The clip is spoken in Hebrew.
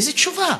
איזה תשובה?